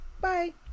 Bye